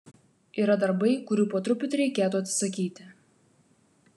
yra darbai kurių po truputį reikėtų atsisakyti